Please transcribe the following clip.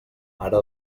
ara